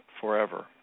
forever